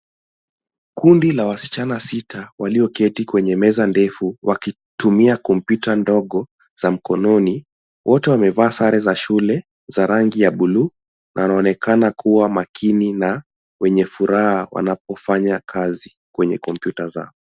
Kundi la wasichana sita walioketi kwenye meza ndefu wakitumia kompyuta ndogo za mkononi. Wote wamevaa sare za shule za rangi ya bluu na wanaonekana kuwa makini na wenye furaha wanapofanya kazi kwenye kompyuta zao.